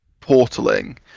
portaling